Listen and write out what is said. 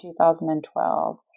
2012